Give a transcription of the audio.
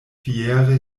fiere